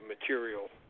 material